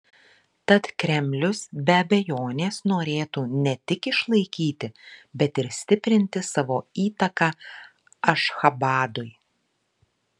tad kremlius be abejonės norėtų ne tik išlaikyti bet ir stiprinti savo įtaką ašchabadui